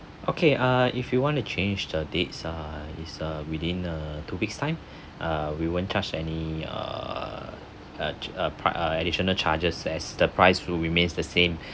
okay uh if you want to change the dates ah is uh within a two weeks time uh we won't charge any err uh uh pri~ uh additional charges as the price will remains the same